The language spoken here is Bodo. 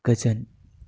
गोजोन